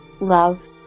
love